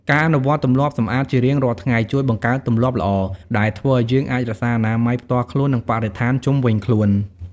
ការអនុវត្តទម្លាប់សម្អាតជារៀងរាល់ថ្ងៃ ជួយបង្កើតទម្លាប់ល្អ ដែលធ្វើឲ្យយើងអាចរក្សាអនាម័យផ្ទាល់ខ្លួន និងបរិស្ថានជុំវិញខ្លួន។